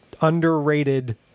underrated